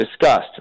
discussed